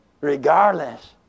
Regardless